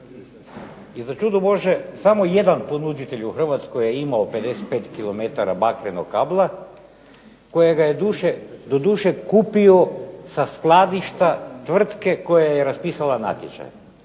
I začudo božje samo jedan ponuditelj u Hrvatskoj je imao 55 kilometara bakrenog kabla, kojega je doduše kupio sa skladišta tvrtke koja je raspisala natječaj,